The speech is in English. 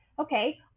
okay